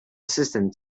system